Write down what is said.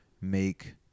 make